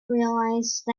realized